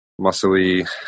muscly